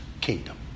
kingdom